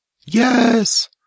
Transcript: Yes